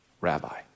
Rabbi